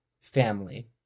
family